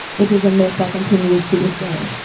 which is a myth that continues to this day.